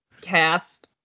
cast